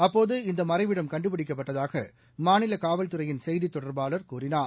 அப்போது இந்தமறைவிடம் கண்டுபிடிக்கப்பட்டதாகமாநிலகாவல் துறையின் செய்தித் தொடர்பாளர் கூறினார்